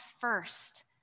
first